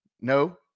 no